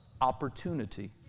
opportunity